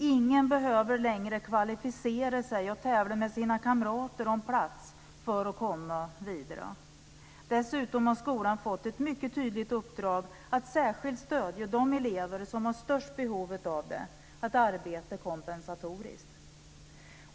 Ingen behövde längre kvalificera sig och tävla med sina kamrater om plats för att komma vidare. Dessutom har skolan fått ett mycket tydligt uppdrag, att särskilt stödja de elever som har störst behov av det, att arbeta kompensatoriskt.